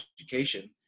education